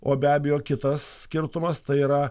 o be abejo kitas skirtumas tai yra